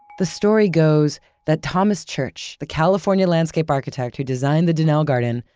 the story goes that thomas church, the california landscape architect, who designed the donnell garden,